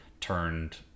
turned